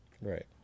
right